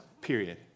Period